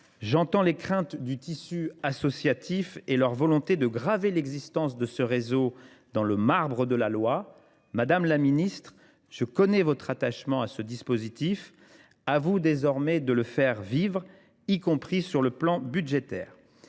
j’entends les craintes du tissu associatif et sa volonté de graver l’existence de ce réseau dans le marbre de la loi. Madame la ministre, je connais votre attachement à ce dispositif ; il vous revient désormais de le faire vivre, y compris sur un plan budgétaire.